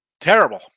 Terrible